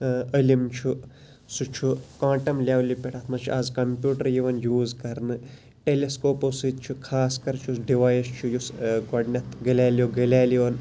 علم چھُ سُہ چھُ کانٹَم لیٚولہِ پٮ۪ٹھ اتھ مَنٛز چھُ اَز کَمپیوٹَر یِوان یوٗز کَرنہٕ ٹیٚلِسکوپو سۭتۍ چھُ خاص کَر چھُ ڈِوایِس چھُ یُس گۄڈٕنیٚتھ گِلیلیو گلیلِیو وَن